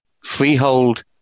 freehold